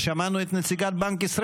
140,000 אזרחים בנגב,